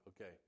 Okay